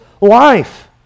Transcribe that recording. life